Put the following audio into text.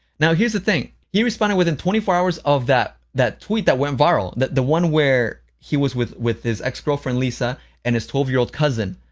now, here's the thing he responded within twenty four hours of that that tweet that went viral, the one where he was with with his ex-girlfriend lisa and his twelve year old cousin,